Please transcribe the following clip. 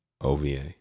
OVA